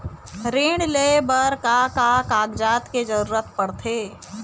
ऋण ले बर का का कागजात के जरूरत पड़थे?